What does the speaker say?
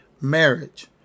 marriage